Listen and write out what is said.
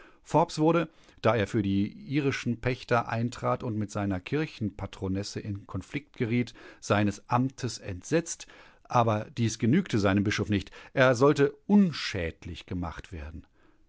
forbes wurde da er für die irischen pächter eintrat und mit seiner kirchenpatronesse in konflikt geriet seines amtes entsetzt aber dies genügte seinem bischof nicht er sollte unschädlich gemacht werden